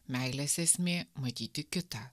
meilės esmė matyti kitą